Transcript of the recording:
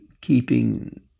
keeping